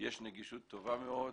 יש נגישות טובה מאוד.